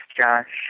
Josh